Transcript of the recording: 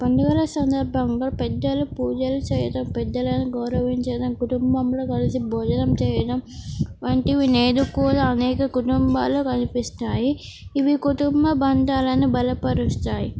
పండుగల సందర్భంగా పెద్దలు పూజలు చేయడం పెద్దలను గౌరవించడం కుటుంబంలో కలిసి భోజనం చేయడం వంటివి నేడు కూడా అనేక కుటుంబాలు కనిపిస్తాయి ఇవి కుటుంబ బంధాలను బలపరుస్తాయి